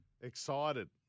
excited